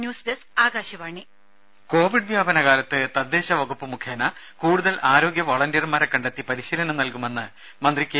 news desk Akashvani ദേദ Covid വ്യാപനകാലത്ത് തദ്ദേശവകുപ്പ് മുഖേന കൂടുതൽ ആരോഗ്യവളണ്ടിയർമാരെ കണ്ടെത്തി പരിശീലനം നൽകുമെന്ന് മന്ത്രി കെ